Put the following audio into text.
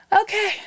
Okay